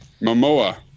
Momoa